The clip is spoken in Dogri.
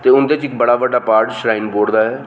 ते उं'दे च इक बडा बड्डा पार्ट श्रराइन बोर्ड दा ऐ